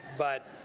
but